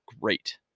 great